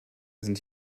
sind